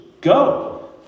go